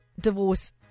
divorce